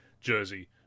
jersey